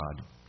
God